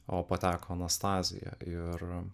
o pateko anastazija ir